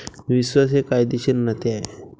विश्वास हे कायदेशीर नाते आहे